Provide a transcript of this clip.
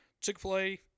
Chick-fil-A